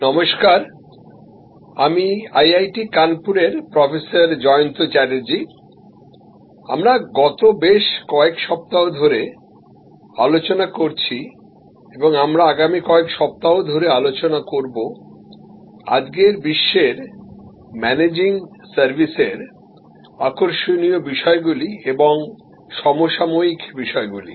নমস্কার আমি আইআইটি কানপুরের প্রফেসর জয়ন্ত চ্যাটার্জী আমরা গত বেশ কয়েক সপ্তাহ ধরে আলোচনা করছি এবং আমরা আগামী কয়েক সপ্তাহ ধরে আলোচনা করব আজকের বিশ্বের ম্যানেজিং সার্ভিসের আকর্ষণীয় বিষয়গুলি এবং সমসাময়িক বিষয়গুলি